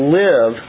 live